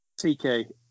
TK